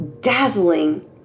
dazzling